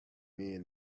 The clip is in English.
man